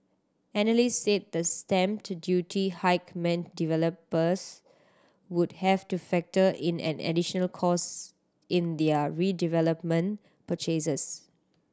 analysts said the stamp duty hike meant developers would have to factor in an additional cost in their redevelopment purchases